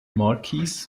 marquis